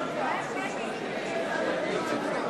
איפה יושב-ראש הכנסת?